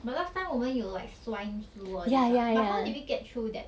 but last time 我们有 like swine flu all these [what] but how did we get through that